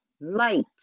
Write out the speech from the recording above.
light